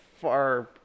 far